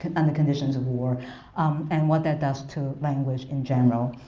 under conditions of war um and what that does to language in general.